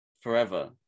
forever